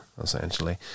essentially